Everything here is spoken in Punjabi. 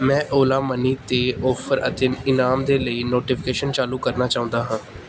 ਮੈਂ ਓਲਾ ਮਨੀ 'ਤੇ ਆਫ਼ਰ ਅਤੇ ਇਨਾਮ ਦੇ ਲਈ ਨੋਟੀਫਿਕੇਸ਼ਨਸ ਚਾਲੂ ਕਰਨਾ ਚਾਹੁੰਦਾ ਹਾਂ